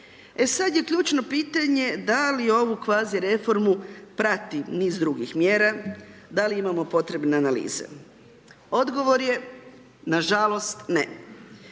E sad je ključno pitanje da li ovu kvazi reformu prati niz drugih mjera, dali imamo potrebne analize. Odgovor je na žalost ne,